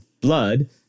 blood